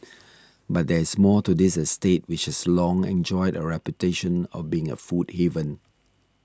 but there is more to this estate which has long enjoyed a reputation of being a food haven